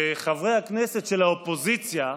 וחברי הכנסת של האופוזיציה,